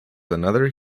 another